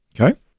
Okay